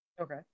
Okay